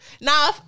Now